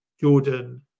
Jordan